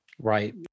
Right